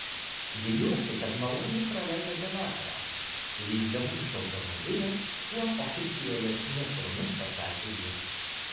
viliuosi kad maloniai praleidote vakarą lįsdama iš automobilio kuo oficialesniu tonu pasakė ji